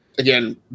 Again